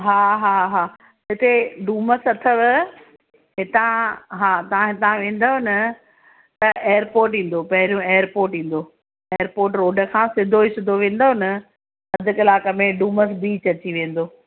हा हा हा हिते डूमर्स अथव हितां हा तव्हां हितां वेंदव न त एयरपोर्ट ईंदो पहिरियों एयरपोर्ट ईंदो एयरपोर्ट रोड खां सिधो ई सिधो वेंदव न अध कलाक में डूमर्स बीच अची वेंदो